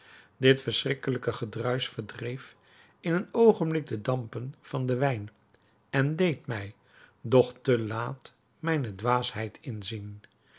dit verschrikkelijke gedruisch verdreef in een oogenblik de dampen van den wijn en deed mij doch te laat mijne dwaasheid inzien